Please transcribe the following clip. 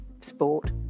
sport